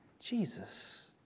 Jesus